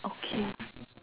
okay